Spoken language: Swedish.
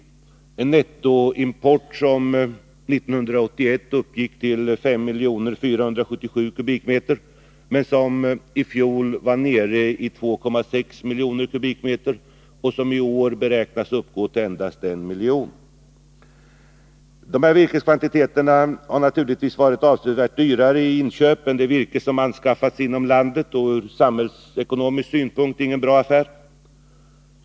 Det rör sig om en nettoimport som 1981 uppgick till 5 477 000 m?, men som i fjol var nere i 2,6 miljoner m?. I år beräknas den uppgå till endast 1 miljon m?. Dessa virkeskvantiteter har naturligtvis varit avsevärt dyrare i inköp än det virke som anskaffats inom landet, och ur samhällsekonomisk synpunkt är detta ingen bra affär.